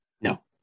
no